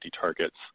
targets